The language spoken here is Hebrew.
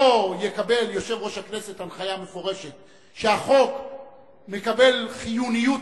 או יקבל יושב-ראש הכנסת הנחיה מפורשת שהחוק מקבל חיוניות